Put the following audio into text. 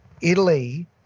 Italy